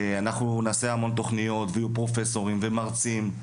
אנחנו נעשה המון תוכניות ויהיו פרופסורים ומרצים.